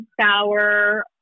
Sour